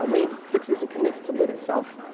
ah made fixes and commits to lit itself.